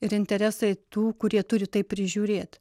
ir interesai tų kurie turi tai prižiūrėt